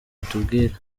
batubwire